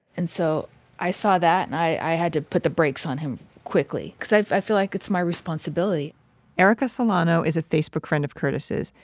and so i saw that and i had to put the brakes on him quickly cause i feel like it's my responsibility erika solano is a facebook friend of curtis's.